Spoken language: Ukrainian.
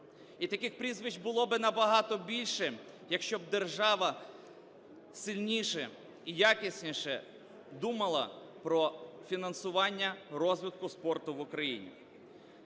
І таких прізвищ було би набагато більше, якщо б держава сильніше і якісніше думала про фінансування розвитку спорту в Україні.